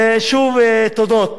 ושוב, תודות